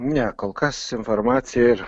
ne kol kas informacija ir